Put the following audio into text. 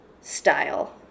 style